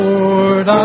Lord